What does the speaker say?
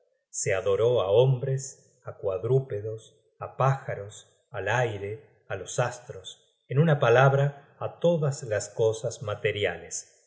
se adoró á hombres á cuadrúpedos á pájaros al aire á los astros en una palabra á todas las cosas materiales